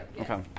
Okay